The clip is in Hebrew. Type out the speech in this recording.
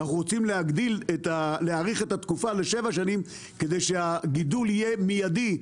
אנחנו רוצים להאריך את התקופה לשבע שנים כדי שהגידול יהיה מידי,